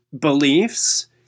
beliefs